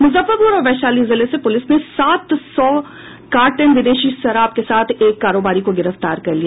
मुजफ्फरपुर और वैशाली जिले से पुलिस ने सात सौ कार्टन विदेशी शराब के साथ एक कारोबारी को गिरफ्तार कर लिया